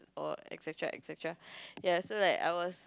or etcetera etcetera ya so like I was